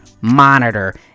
Monitor